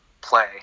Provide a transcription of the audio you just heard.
play